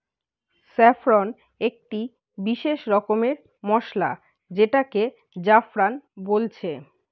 saffron একটি বিসেস রকমের মসলা যেটাকে জাফরান বলছে